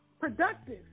productive